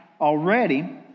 already